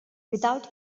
without